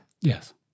yes